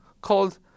called